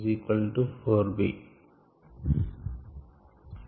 In our example the equivalents of available electrons transferred to oxygen 4b